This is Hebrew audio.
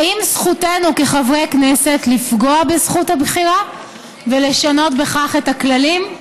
האם זכותנו כחברי כנסת לפגוע בזכות הבחירה ולשנות בכך את הכללים?